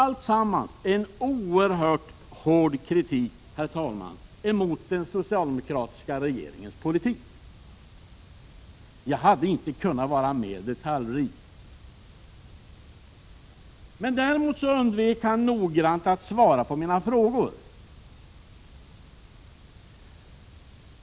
Alltsammans var en oerhört hård kritik, herr talman, mot den socialdemokratiska regeringens politik. Jag hade inte kunnat göra det mer detaljrikt. Däremot undvek han noggrant att svara på mina frågor.